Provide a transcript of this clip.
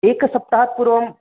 एकसप्तहात् पूर्वं